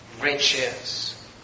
riches